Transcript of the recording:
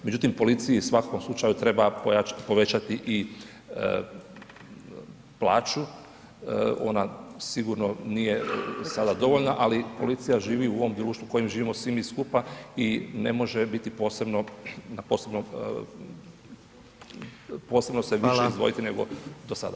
Međutim, policiji u svakom slučaju treba povećati i plaću, ona sigurno nije sada dovoljna, ali policija živi u ovom društvu u kojem živimo svi mi skupa i ne može biti posebno, posebno se više [[Upadica: Hvala]] izdvojiti nego do sada.